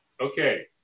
Okay